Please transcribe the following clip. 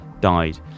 died